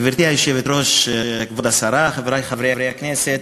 גברתי היושבת-ראש, כבוד השרה, חברי חברי הכנסת,